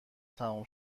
تمام